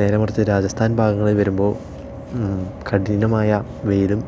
നേരെ മറിച്ച് രാജസ്ഥാൻ ഭാഗങ്ങളിൽ വരുമ്പോൾ കഠിനമായ വെയിലും